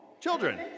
Children